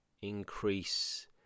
increase